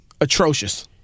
atrocious